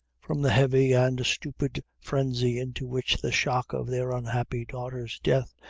from the heavy and stupid frenzy into which the shock of their unhappy daughter's death,